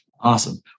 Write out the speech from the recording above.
Awesome